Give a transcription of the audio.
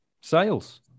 sales